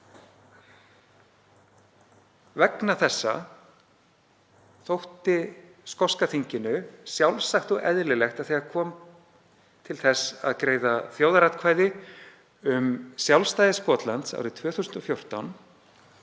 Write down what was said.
Vegna þessa þótti skoska þinginu sjálfsagt og eðlilegt þegar kom til þess að greiða þjóðaratkvæði um sjálfstæði Skotlands árið 2014 að